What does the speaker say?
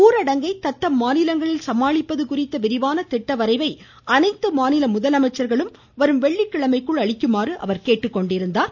ஊரடங்கை தத்தம் மாநிலங்களில் சமாளிப்பது குறித்த விரிவான திட்ட வரைவை அனைத்து மாநில முதலமைச்சர்களும் வரும் வெள்ளிக்கிழமைக்குள் அளிக்குமாறும் அவா கேட்டுக்கொண்டிருந்தார்